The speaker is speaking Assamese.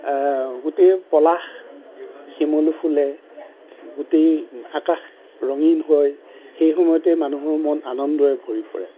গোটেই পলাশ শিমলু ফুলে গোটেই আকাশ ৰঙীন হয় সেই সময়তে মানুহৰ মন আনন্দৰে ভৰি পৰে